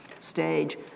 stage